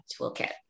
toolkit